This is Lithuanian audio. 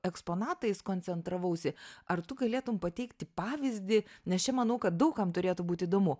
eksponatais koncentravausi ar tu galėtum pateikti pavyzdį nes čia manau kad daug kam turėtų būt įdomu